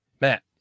Matt